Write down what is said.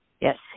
Yes